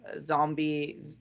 zombie